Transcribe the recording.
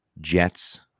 Jets